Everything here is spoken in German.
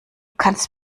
kannst